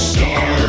Star